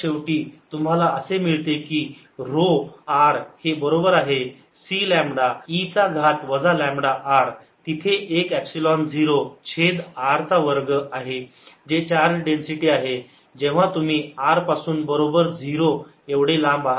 तर शेवटी तुम्हाला असे मिळते की ऱ्हो r हे बरोबर आहे C लांबडा e घात वजा लांबडा r तिथे एक एपसिलोन 0 छेद r चा वर्ग आहे ते चार्ज डेन्सिटी आहे जेव्हा तुम्ही r पासून बरोबर 0 एवढे लांब आहात